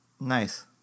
Nice